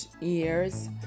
years